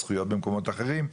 זכויות במקומות אחרים.